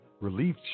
relief